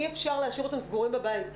אי-אפשר להשאיר אותם סגורים בבית.